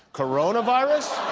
coronavirus?